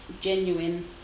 genuine